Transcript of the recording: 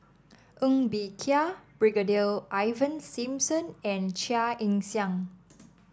Ng Bee Kia Brigadier Ivan Simson and Chia Ann Siang